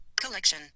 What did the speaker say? Collection